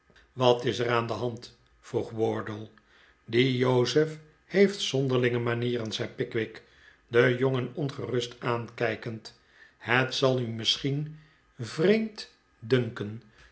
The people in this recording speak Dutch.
wat is er aan de hand vroeg wardle die jozef heeft zonderlinge manieren zei pickwick den jongen ongerust aankijkend het zal u misschien vreemd dunken